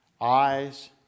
eyes